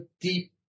deep